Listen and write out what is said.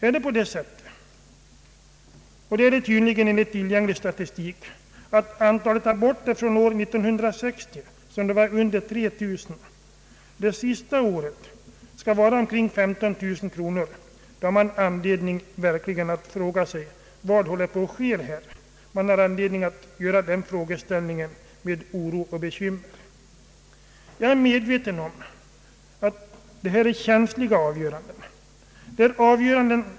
är det på det sättet — och det är det tydligen enligt tillgänglig statistik — att antalet aborter, som år 1960 var under 3 000, under det senaste året har ökat till 15 000, har man verkligen anledning att fråga sig vad som håller på att ske. Man har anledning att göra den frågan med oro och bekymmer. Jag är medveten om att det gäller känsliga avgöranden.